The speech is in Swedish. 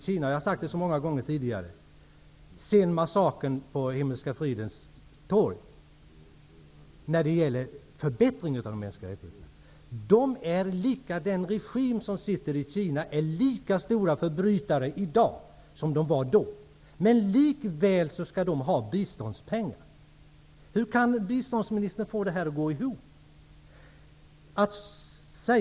Det har inte hänt någonting i Kina sedan massakern på Himmelska fridens torg, när det gäller förbättringar av de mänskliga rättigheterna. Jag har sagt det många gånger tidigare. Den regim som sitter i Kina är lika stora förbrytare i dag som de var då. Men de skall likväl ha biståndspengar. Hur kan biståndsministern få detta att gå ihop?